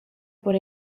por